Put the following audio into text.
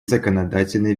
законодательной